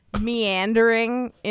meandering